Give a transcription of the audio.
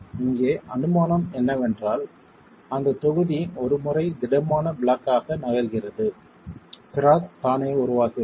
இங்கே அனுமானம் என்னவென்றால் அந்தத் தொகுதி ஒரு முறை திடமான பிளாக்காக நகர்கிறது கிராக் தானே உருவாகிறது